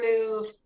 removed